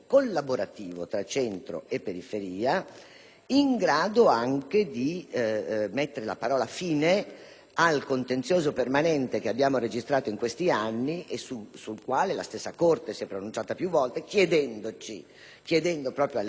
in grado anche di mettere la parola fine al contenzioso permanente che abbiamo registrato in questi anni e sul quale la stessa Corte costituzionale si è pronunciata più volte, chiedendo proprio al legislatore ed a tutti noi di fare chiarezza.